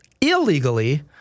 Illegally